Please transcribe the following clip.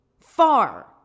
far